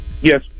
Yes